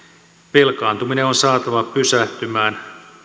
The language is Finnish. velkaantuminen on saatava pysähtymään